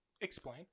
explain